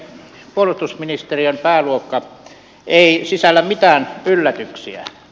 puolustusministeriön pääluokka ei sisällä mitään yllätyksiä